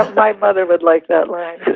ah my mother would like that line